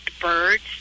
birds